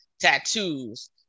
Tattoos